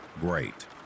Great